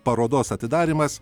parodos atidarymas